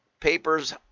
papers